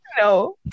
No